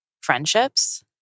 friendships